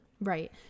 Right